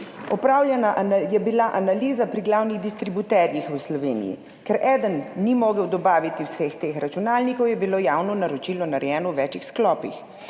Opravljena je bila analiza pri glavnih distributerjih v Sloveniji. Ker eden ni mogel dobaviti vseh teh računalnikov, je bilo javno naročilo narejeno v večih sklopih.